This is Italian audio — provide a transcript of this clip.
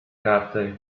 carte